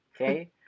Okay